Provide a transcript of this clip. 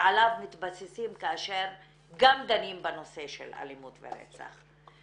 מתבססים כאשר גם דנים בנושא של אלימות ורצח.